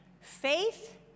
Faith